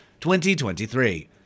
2023